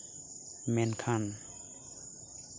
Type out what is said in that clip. ᱢᱮᱱᱠᱷᱟᱱ